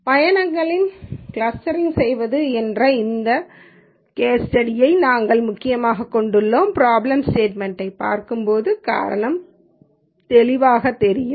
பயணங்களை கிளஸ்டரிங் செய்வது என்ற இந்த கேஸ் ஸ்டடியை ஐ நாங்கள் முக்கியமாகக் கொண்டுள்ளோம்பிராப்ளம் ஸ்டேட்மெண்ட் யைப் பார்க்கும்போது காரணம் தெளிவாகத் தெரியும்